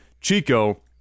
Chico